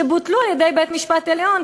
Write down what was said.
שבוטלו על-ידי בית-המשפט העליון,